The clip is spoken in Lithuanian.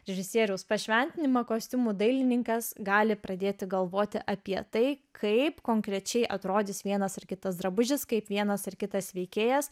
režisieriaus pašventinimą kostiumų dailininkas gali pradėti galvoti apie tai kaip konkrečiai atrodys vienas ar kitas drabužis kaip vienas ir kitas veikėjas